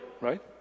Right